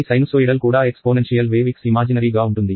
అన్ని సైనుసోయిడల్ కూడా exponential wave x imaginary గా ఉంటుంది